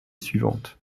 suivante